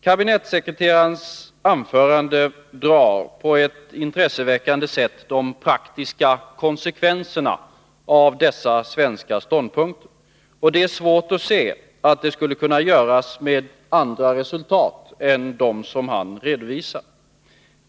Kabinettsekreterarens anförande drar på ett intresseväckande sätt de praktiska konsekvenserna av dessa svenska ståndpunkter, och det är svårt att se att det skulle kunna göras med andra resultat än de som han redovisar.